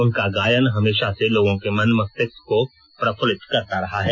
उनका गायन हमेशा से लोगों के मन मस्तिष्क को प्रफल्लित करता रहा है